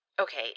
Okay